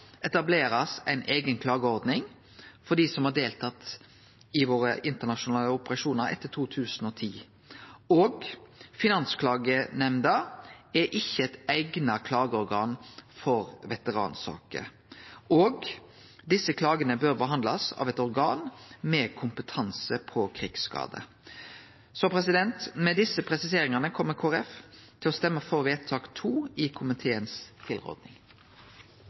etablerast ei eiga klageordning for dei som har deltatt i våre internasjonale operasjonar etter 2010, at Finansklagenemnda ikkje er eit eigna klageorgan for veteransaker, og at desse klagane bør behandlast av eit organ med kompetanse på krigsskadar. Med desse presiseringane kjem Kristeleg Folkeparti til å stemme for vedtak II i komiteens